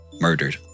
murdered